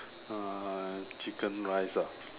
uh chicken rice ah